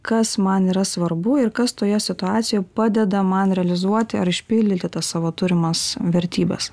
kas man yra svarbu ir kas toje situacijoj padeda man realizuoti ar išpildyti tas savo turimas vertybes